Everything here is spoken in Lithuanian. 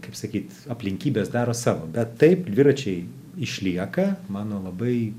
kaip sakyt aplinkybės daro savo bet taip dviračiai išlieka mano labai